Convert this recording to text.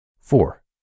Four